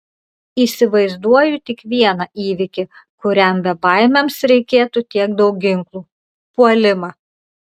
įsivaizduoju tik vieną įvykį kuriam bebaimiams reikėtų tiek daug ginklų puolimą